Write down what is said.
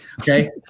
Okay